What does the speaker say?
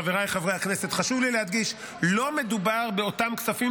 חבריי חברי הכנסת: לא מדובר באותם כספים